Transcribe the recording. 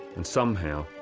and somehow,